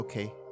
Okay